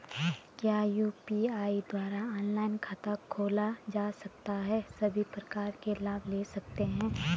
क्या यु.पी.आई द्वारा ऑनलाइन खाता खोला जा सकता है सभी प्रकार के लाभ ले सकते हैं?